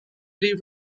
leave